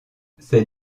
ces